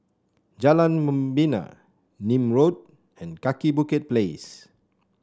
Jalan Membina Nim Road and Kaki Bukit Place